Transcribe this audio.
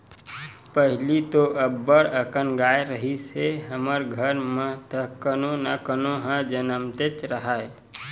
पहिली तो अब्बड़ अकन गाय रिहिस हे हमर घर म त कोनो न कोनो ह जमनतेच राहय